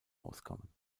auskommen